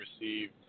received